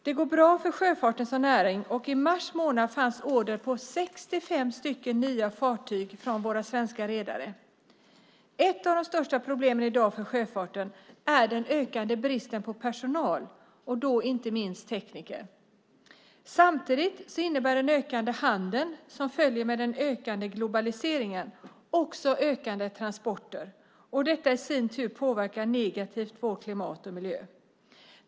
Det går bra för sjöfarten som näring, och i mars månad fanns order på 65 stycken nya fartyg från våra svenska redare. Ett av de största problemen för sjöfarten i dag är den ökande bristen på personal, inte minst tekniker. Samtidigt innebär den ökande handeln, som följer med den ökande globaliseringen, också ökande transporter. Detta i sin tur påverkar vårt klimat och vår miljö negativt.